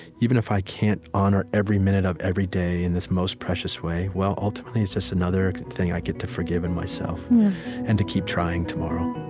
even if i can't honor every minute of every day in this most precious way, well, ultimately, it's just another thing i get to forgive in myself and to keep trying tomorrow